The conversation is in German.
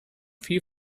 viel